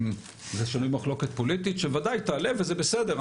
זה שנוי במחלוקת פוליטית שבוודאי תעלה וזה בסדר,